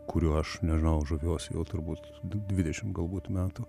kuriuo aš nežinau žaviuosi jau turbūt dvidešim galbūt metų